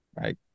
right